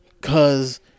cause